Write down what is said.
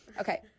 Okay